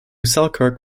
selkirk